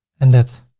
and that,